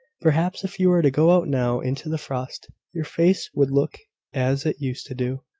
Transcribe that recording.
perhaps if you were to go out now into the frost, your face would look as it used to do.